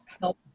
help